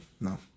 No